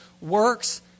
works